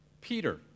Peter